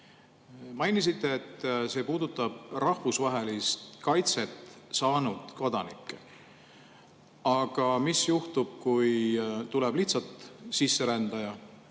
Mainisite, et see puudutab rahvusvahelise kaitse saanud kodanikke. Aga mis juhtub, kui tuleb lihtsalt sisserändaja